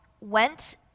went